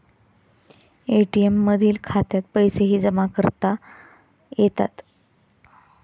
ATM मधील खात्यात पैसेही जमा करता येतात